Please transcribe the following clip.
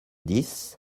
dix